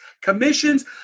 commissions